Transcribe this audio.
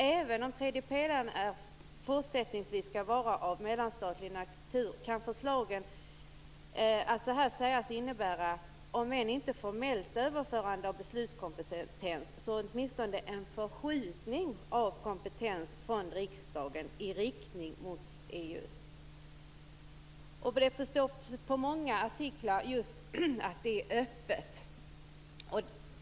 Även om tredje pelaren fortsättningsvis skall vara av mellanstatlig natur kan förslagen sägas innebära, om än inte ett formellt överförande av beslutskompetens så åtminstone en förskjutning av kompetens från riksdagen i riktning mot EU. Jag har förstått av många artiklar att frågan är öppen.